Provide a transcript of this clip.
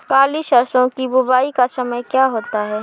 काली सरसो की बुवाई का समय क्या होता है?